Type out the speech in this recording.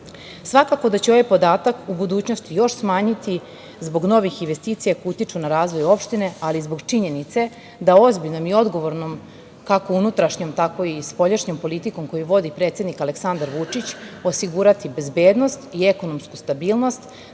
da će se ovaj podatak u budućnosti još smanjiti, zbog novih investicija koje utiču na razvoj opštine, ali i zbog činjenice da ozbiljnom i odgovornom kako unutrašnjom, tako i spoljnom politikom koju vodi predsednik Aleksandar Vučić, osigurati bezbednost i ekonomsku stabilnost